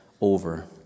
over